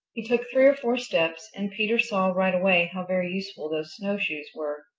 he took three or four steps and peter saw right away how very useful those snowshoes were.